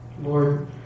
Lord